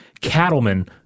cattlemen